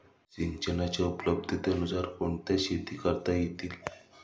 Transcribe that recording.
सिंचनाच्या उपलब्धतेनुसार कोणत्या शेती करता येतील?